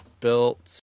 built